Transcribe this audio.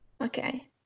Okay